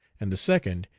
and the second,